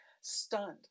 stunned